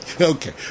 Okay